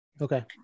Okay